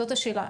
זאת השאלה,